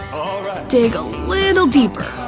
dig a little deeper,